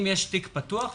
אם יש תיק פתוח,